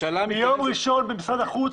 ביום ראשון במשרד החוץ,